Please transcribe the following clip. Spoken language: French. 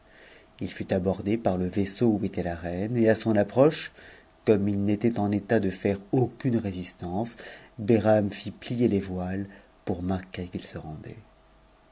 il fut abordé par le vaisseau où était la reine et à son approche comme il n'était en état de faire aucune résistance bebram fit plier les voiles pour marquer qu'il se rendait